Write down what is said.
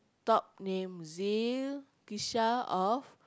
top name or